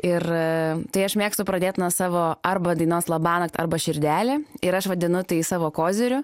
ir tai aš mėgstu pradėt nuo savo arba dainos labanakt arba širdelė ir aš vadinu tai savo koziriu